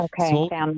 okay